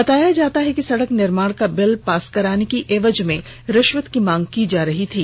बताया जाता है कि सड़क निर्माण का बिल पास कराने के एवज में रिष्वत की मांग की जा रही थी